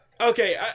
okay